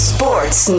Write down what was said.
Sports